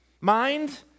mind